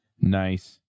Nice